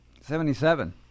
Seventy-seven